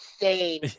insane